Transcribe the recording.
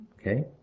okay